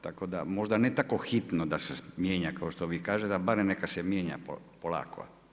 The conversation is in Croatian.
Tako da, možda ne tako hitno da se mijenja kao što vi kažete ali barem neka se mijenja polako.